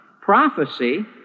Prophecy